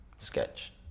Sketch